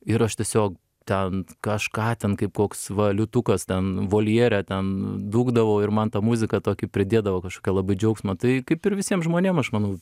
ir aš tiesiog ten kažką ten kaip koks va liūtukas ten voljere ten dūkdavau ir man ta muzika tokį pridėdavo kažkokio labai džiaugsmo tai kaip ir visiem žmonėm aš manau